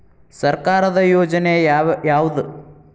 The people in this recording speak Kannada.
ಸರ್ಕಾರದ ಯೋಜನೆ ಯಾವ್ ಯಾವ್ದ್?